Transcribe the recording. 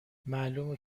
معلومه